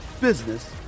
business